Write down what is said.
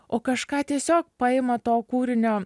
o kažką tiesiog paima to kūrinio